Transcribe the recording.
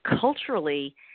culturally